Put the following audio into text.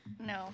No